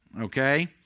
okay